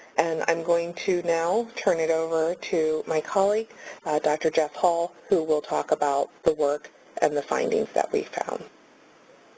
and i'm going to now turn it over to my colleague dr. jeff hall who will talk about the work and the findings that we